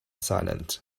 silent